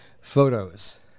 photos